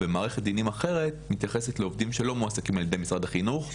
ומערכת דינים אחרת מתייחסת לעובדים שלא מועסקים על ידי משרד החינוך,